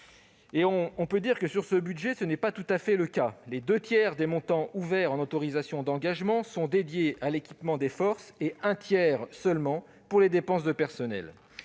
matérielles de vie. Or ce n'est pas tout à fait le cas : les deux tiers des montants ouverts en autorisations d'engagement sont dédiés à l'équipement des forces et un tiers seulement est consacré aux dépenses de personnel.